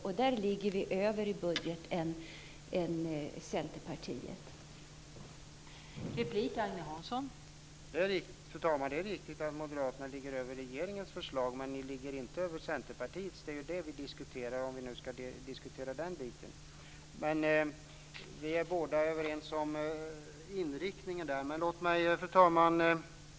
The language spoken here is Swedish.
Där ligger Moderaternas förslag till budget över Centerpartiets förslag.